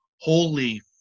holy